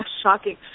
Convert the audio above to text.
shocking